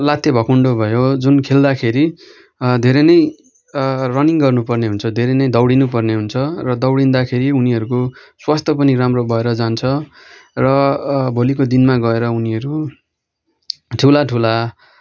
लात्ते भकुन्डो भयो जुन खेल्दाखेरि धेरै नै रनिङ्ग गर्नु पर्नेहुन्छ धेरै नै दौडिनु पर्नेहुन्छ र दौडिँदाखेरि उनीहरूको स्वास्थ्य पनि राम्रो भएर जान्छ र भोलिको दिनमा गएर उनीहरू ठुला ठुला